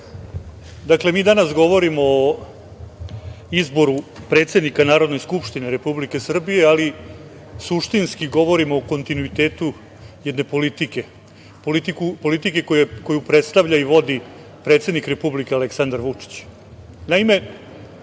dakle mi danas govorimo o izboru predsednika Narodne skupštine Republike Srbije, ali suštinski govorimo o kontinuitetu jedne politike koju predstavlja i vodi predsednik Republike Aleksandar Vučić. Naime,